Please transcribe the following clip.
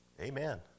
Amen